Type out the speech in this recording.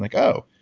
like oh,